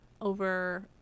over